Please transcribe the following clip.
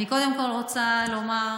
אני קודם כול רוצה לומר,